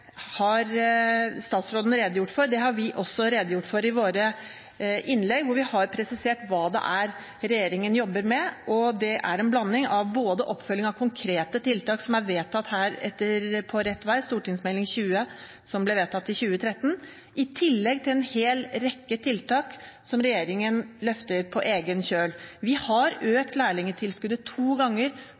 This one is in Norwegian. har vi også redegjort for i våre innlegg, hvor vi har presisert hva det er regjeringen jobber med. Det er en blanding av både oppfølging av konkrete tiltak som ble vedtatt ved behandlingen av Meld. St. 20 for 2012–2013, På rett vei, og i tillegg en hel rekke tiltak som regjeringen løfter på egen kjøl. Vi har økt lærlingtilskuddet to ganger